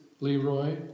Leroy